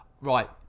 right